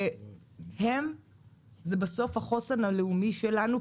זה בסוף החוסן הלאומי שלנו,